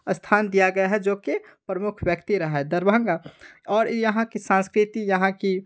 स्थान दिया गया है जो कि प्रमुख व्यक्ति रहा है दरभंगा और यहाँ की संस्कृति यहाँ की